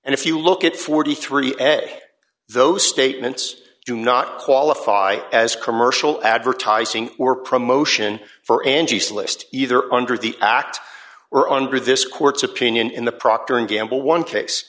and if you look at forty three dollars ebay those statements do not qualify as commercial advertising or promotion for angie's list either under the act or under this court's opinion in the procter and gamble one case